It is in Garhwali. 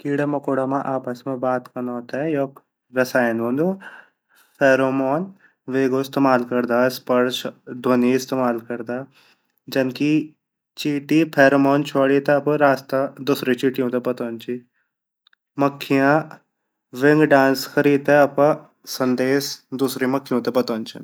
कीड़ा-मकोड़ा आपस मा बात कनो ते योक रसायन वोंदु फेरोमोन वेगु इस्तेम्मल कारदा स्पर्श ध्वनि इस्तेम्माल करदा जन की चींटी फेरोमोन छवड़ी ते अप्रु रास्ता दूसरी चीट्यू ते बातोंदी ची मकियाँ रिंग डांस करि ते अप्रु सन्देश दूसरी माखिकयु ते बातोंदी ची।